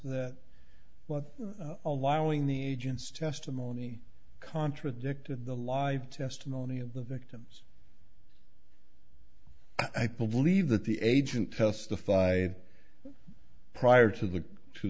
while allowing the agent's testimony contradicted the live testimony of the victims i believe that the agent testified prior to the to